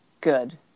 Good